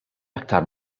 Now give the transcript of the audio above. aktar